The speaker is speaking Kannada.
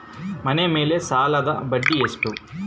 ಮನೆ ಮೇಲೆ ಸಾಲದ ಬಡ್ಡಿ ಎಷ್ಟು?